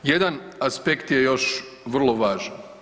Jedan aspekt je još vrlo važan.